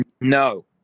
No